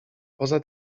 poza